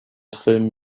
film